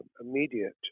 immediate